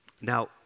Now